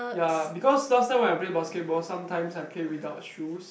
ya because last time when I play basketball sometimes I play without shoes